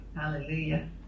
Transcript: Hallelujah